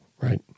Right